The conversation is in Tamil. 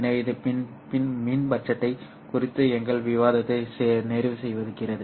எனவே இது மின் பட்ஜெட் குறித்த எங்கள் விவாதத்தை நிறைவு செய்கிறது